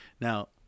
Now